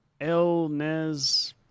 Elnez